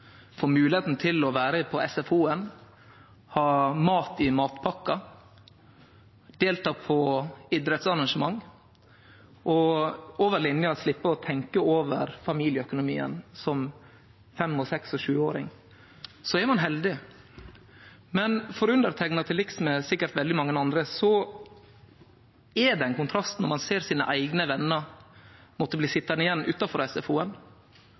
få moglegheit til å vere på SFO-en, ha mat i matpakka, delta på idrettsarrangement og over linja sleppe å tenkje over familieøkonomien som fem-, seks- og sjuåring – då er ein heldig. For underteikna, til liks med sikkert veldig mange andre, er det ein kontrast når ein ser sine eigne vener måtte bli sittande igjen utanfor